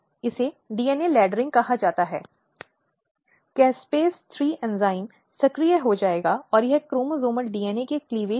इसी तरह जैसा कि मैंने पिछले व्याख्यान में कहा है मुकदमों के संचालन में न्यायालयों की जिम्मेदारी है